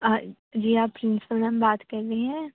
آ جی آپ principal ma'am بات کر رہی ہیں